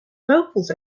vocals